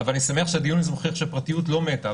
אני שמח שהדיון הזה מוכיח שהפרטיות לא מתה,